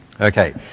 Okay